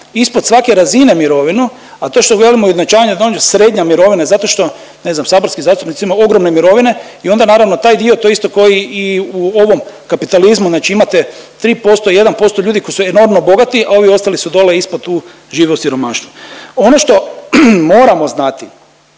ispod svake razine mirovinu, a to govorimo o ujednačavanju …/Govornik se ne razumije./… srednja mirovina zato što ne znam saborski zastupnici imaju ogromne mirovine i onda naravno taj dio to isto ko i u ovom kapitalizmu, znači imate 3% 1% ljudi koji su enormno bogati, a ovi dostali su dole ispod tu žive u siromaštvu. Ono što moramo znati